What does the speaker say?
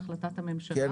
בהחלטת הממשלה.